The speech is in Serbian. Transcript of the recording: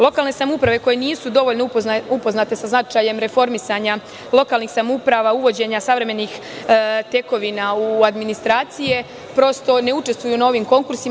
Lokalne samouprave koje nisu dovoljno upoznate sa značajem reformisanja lokalnih samouprava, uvođenja savremenih tekovina u administracije, prosto ne učestvuju na ovim konkursima.